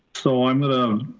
so i'm gonna,